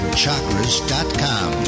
chakras.com